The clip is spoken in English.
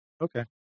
okay